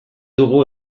dugu